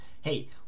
hey